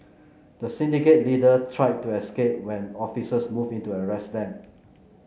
the syndicate leader tried to escape when officers moving to arrest them